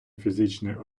фізичної